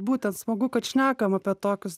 būtent smagu kad šnekam apie tokius